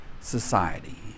society